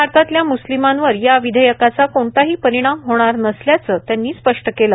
भारतातल्या मुस्लिमांवर या विधेयकाचा कोणताही परिणाम होणार नसल्याचं त्यांनी स्पष्ट केलं